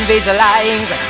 Visualize